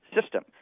system